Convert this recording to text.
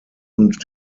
und